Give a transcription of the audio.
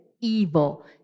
evil